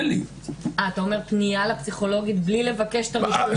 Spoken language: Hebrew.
אתה מציע פנייה לפסיכולוגית בלי לבקש את הרישום?